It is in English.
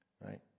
right